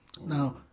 Now